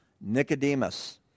Nicodemus